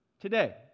today